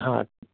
हा